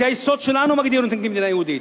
חוקי-היסוד שלנו מגדירים אותה כמדינה יהודית,